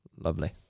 Lovely